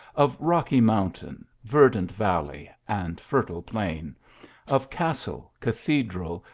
of rocky mountain, verdant valley and fertile plain of castle, cathedral,